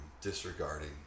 disregarding